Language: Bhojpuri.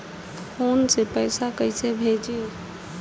फोन से पैसा कैसे भेजी?